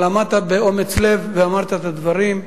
אבל עמדת באומץ לב ואמרת את הדברים.